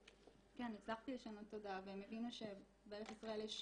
וכן, הצלחתי לשנות תודעה והם הבינו שבארץ ישראל יש